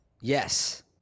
Yes